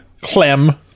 Clem